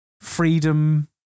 freedom